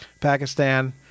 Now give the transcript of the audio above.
Pakistan